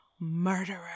Murderer